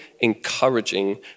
encouraging